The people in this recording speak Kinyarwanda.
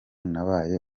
nabaye